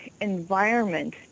environment